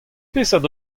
peseurt